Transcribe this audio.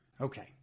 Okay